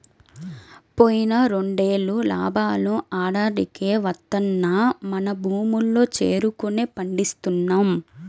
పోయిన రెండేళ్ళు లాభాలు ఆడాడికే వత్తన్నా మన భూముల్లో చెరుకునే పండిస్తున్నాం